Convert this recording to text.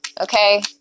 okay